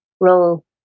role